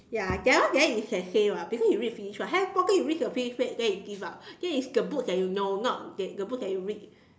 ya that one then you can say [what] because you read finish [what] Harry Potter you read a few page then you give up that is the books that you know not the books that you read